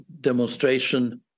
demonstration